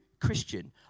Christian